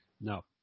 No